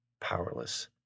powerless